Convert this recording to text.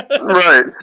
Right